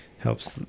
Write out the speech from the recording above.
Helps